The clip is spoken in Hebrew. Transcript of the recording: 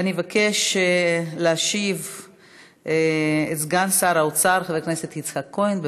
אבקש את סגן שר האוצר חבר הכנסת יצחק כהן להשיב.